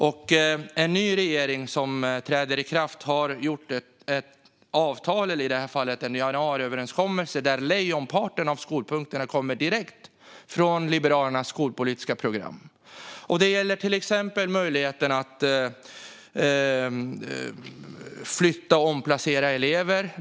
Den nya regering som tillträdde har slutit ett avtal - eller i detta fall en januariöverenskommelse - där lejonparten av skolpunkterna kommer direkt från Liberalernas skolpolitiska program. Det gäller till exempel möjligheten att flytta och omplacera elever.